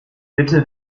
bitte